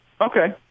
Okay